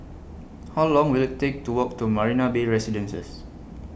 How Long Will IT Take to Walk to Marina Bay Residences